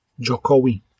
Jokowi